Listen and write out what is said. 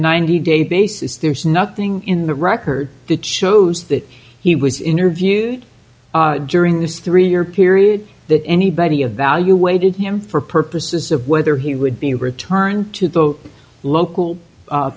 ninety day basis there's nothing in the record that shows that he was interviewed during this three year period that anybody evaluated him for purposes of whether he would be returned to the local